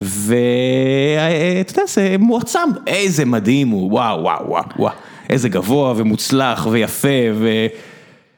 ואתה יודע, זה מועצם, איזה מדהים הוא, וואו, וואו, וואו, וואו, איזה גבוה ומוצלח ויפה ו...